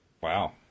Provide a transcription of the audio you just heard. Wow